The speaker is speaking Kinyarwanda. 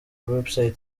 website